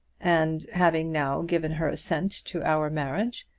and, having now given her assent to our marriage,